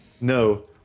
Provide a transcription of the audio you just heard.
No